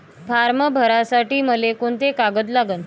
Form भरासाठी मले कोंते कागद लागन?